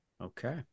Okay